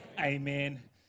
Amen